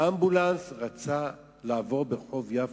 רצה לעבור ברחוב יפו,